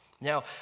Now